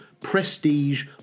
prestige